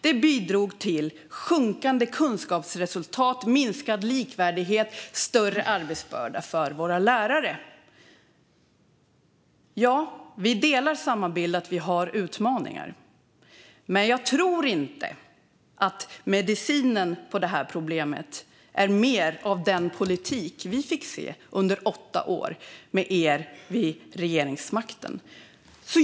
Det bidrog till sjunkande kunskapsresultat, minskad likvärdighet och större arbetsbörda för våra lärare. Ja, vi delar bilden att vi har utmaningar. Men jag tror inte att medicinen mot problemet är mer av den politik vi fick se under åtta år med er vid regeringsmakten.